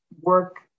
work